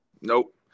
Nope